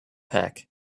pack